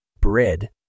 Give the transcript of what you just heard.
Bread